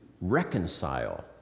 reconcile